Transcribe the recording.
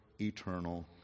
eternal